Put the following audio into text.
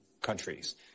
countries